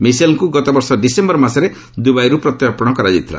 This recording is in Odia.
ମିସେଲ୍ଙ୍କୁ ଗତବର୍ଷ ଡିସେୟର ମାସରେ ଦୁବାଇରୁ ପ୍ରତ୍ୟର୍ପଶ କରି ଅଣାଯାଇଥିଲା